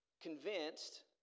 convinced